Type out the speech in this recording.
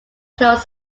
closed